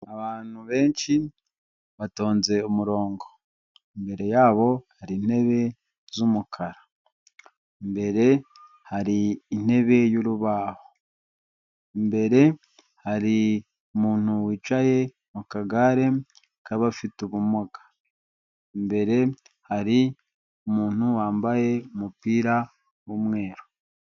Abantu benshi batonze umurongo, imbere yabo hari intebe z'umukara, imbere hari intebe y'urubaho, imbere hari umuntu wicaye mu kagare k'abafite ubumuga, imbere hari umuntu wambaye umupira w'umweru.